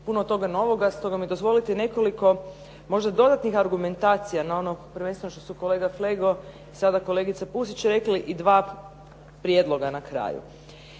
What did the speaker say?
puno toga novoga, stoga mi dozvolite nekoliko možda dodatnih argumentacija na ono prvenstveno što su kolega Flego i sada kolegica Pusić i dva prijedloga na kraju.